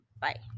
Bye